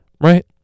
right